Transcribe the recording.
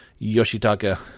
Yoshitaka